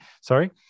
sorry